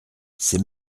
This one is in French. c’est